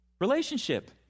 Relationship